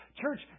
Church